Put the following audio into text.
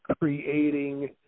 creating